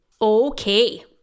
Okay